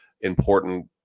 important